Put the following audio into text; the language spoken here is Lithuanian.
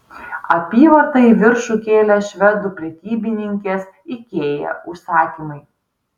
apyvartą į viršų kėlė švedų prekybininkės ikea užsakymai